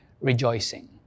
Rejoicing